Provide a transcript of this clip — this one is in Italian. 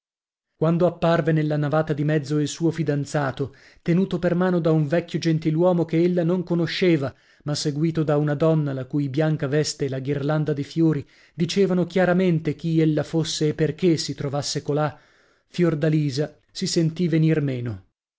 quando apparve nella navata di mezzo il suo fidanzato tenuto per mano da un vecchio gentiluomo che ella non conosceva ma seguito da una donna la cui bianca veste e la ghirlanda di fiori dicevano chiaramente chi ella fosse e perchè si trovasse colà fiordalisa si sentì venir meno